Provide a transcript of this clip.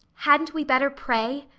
hadn't we better pray?